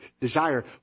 desire